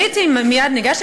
מייד ניגשתי,